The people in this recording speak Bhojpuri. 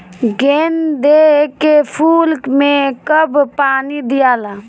गेंदे के फूल मे कब कब पानी दियाला?